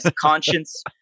conscience